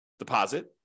deposit